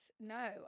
No